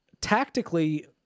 tactically